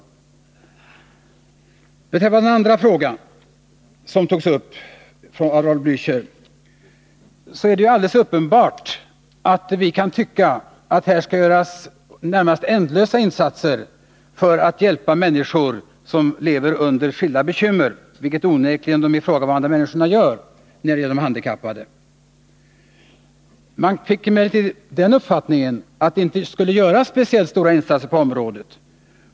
När det gäller den andra frågan som Raul Blächer tog upp, är det alldeles uppenbart att vi kan tycka att det skall göras närmast ändlösa insatser för att hjälpa människor som lever med särskilda bekymmer, vilket onekligen de handikappade gör. Av Raul Blächer fick man emellertid den uppfattningen att det inte görs speciellt stora insatser på området.